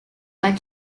but